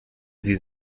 sie